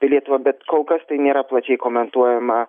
apie lietuvą bet kol kas tai nėra plačiai komentuojama